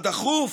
ה"דחוף"